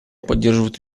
поддерживают